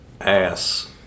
ass